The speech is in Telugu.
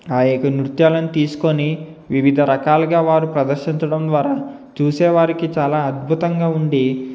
ఆ యొక్క నృత్యాలను తీసుకుని వివిధ రకాలుగా వారు ప్రదర్శించడం ద్వారా చూసేవారికి చాలా అద్భుతంగా ఉండి